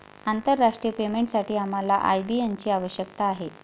आंतरराष्ट्रीय पेमेंटसाठी आम्हाला आय.बी.एन ची आवश्यकता आहे